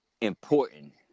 important